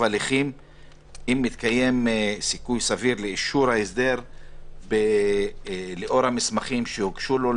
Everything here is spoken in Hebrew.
הליכים אם מתקיים סיכוי סביר לאישור ההסדר לאור המסמכים שהוגשו לו,